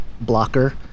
blocker